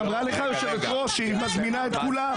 יושבת הראש אמרה לך שהיא מזמינה את כולם.